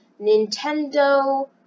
Nintendo